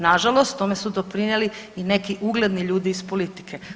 Na žalost tome su doprinijeli i neki ugledni ljudi iz politike.